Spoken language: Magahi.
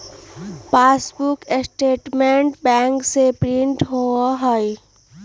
पासबुक स्टेटमेंट बैंक से प्रिंट होबा हई